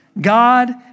God